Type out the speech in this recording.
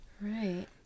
Right